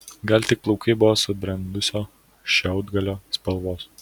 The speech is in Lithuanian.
gal tik plaukai buvo subrendusio šiaudgalio spalvos